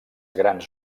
grans